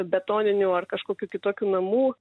betoninių ar kažkokių kitokių namų